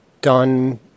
done